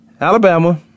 Alabama